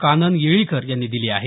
कानन येळीकर यांनी दिली आहे